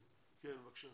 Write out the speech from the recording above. כן, בבקשה.